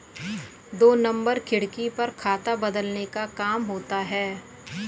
दो नंबर खिड़की पर खाता बदलने का काम होता है